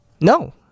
No